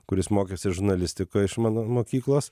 kuris mokėsi žurnalistikoj iš mano mokyklos